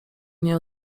nie